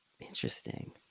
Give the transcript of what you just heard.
Interesting